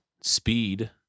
speed